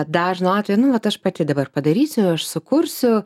dažno atvejo nu vat aš pati dabar padarysiu aš sukursiu